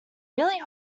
really